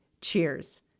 cheers